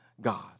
God